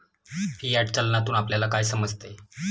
Fiat चलनातून आपल्याला काय समजते?